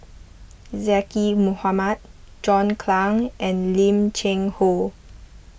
Zaqy Mohamad John Clang and Lim Cheng Hoe